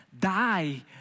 die